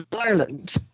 Ireland